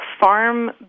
farm